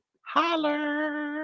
Holler